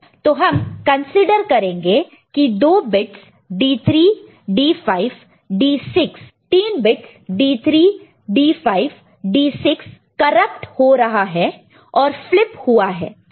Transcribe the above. तो हम कंसीडर करेंगे की 2 bits D3 D5 D6 corrupt हुआ है और फ्लिप हुआ है